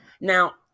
Now